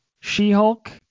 She-Hulk